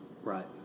right